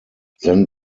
then